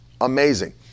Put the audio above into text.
amazing